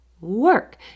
work